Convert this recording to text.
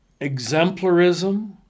Exemplarism